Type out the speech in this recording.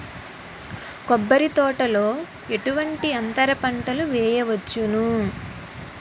కొబ్బరి తోటలో ఎటువంటి అంతర పంటలు వేయవచ్చును?